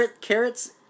Carrots